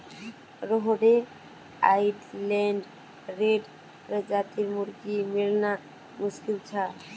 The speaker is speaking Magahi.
रहोड़े आइलैंड रेड प्रजातिर मुर्गी मिलना मुश्किल छ